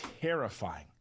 terrifying